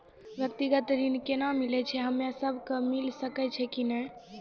व्यक्तिगत ऋण केना मिलै छै, हम्मे सब कऽ मिल सकै छै कि नै?